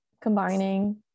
combining